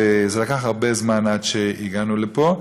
וזה לקח הרבה זמן עד שהגענו לפה.